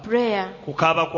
Prayer